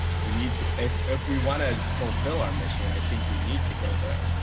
we need to if if we want to fulfill our mission, i think we need to go there.